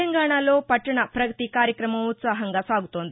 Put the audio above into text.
తెలంగాణలో పట్టణ ప్రగతి కార్యక్రమం ఉత్సాహంగా సాగుతోంది